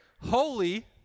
Holy